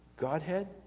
Godhead